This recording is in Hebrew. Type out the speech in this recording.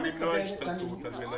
היות